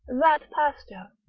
that pasture,